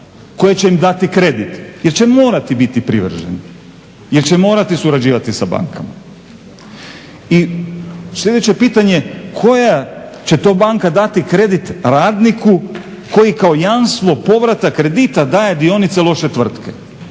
koje će im dati kredit, jer će morati biti privrženi, jer će morati surađivati sa bankama. I sljedeće pitanje, koja će to banka dati krediti radniku koji kao jamstvo povrata kredita daje dionice loše tvrtke,